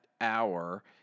hour